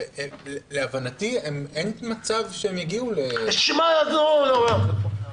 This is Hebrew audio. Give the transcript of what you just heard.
ולהבנתי אין מצב שהם יגיעו --- אנחנו יודעים.